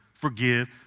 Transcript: forgive